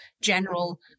general